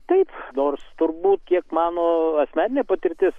taip nors turbūt kiek mano asmeninė patirtis